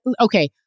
Okay